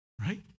Right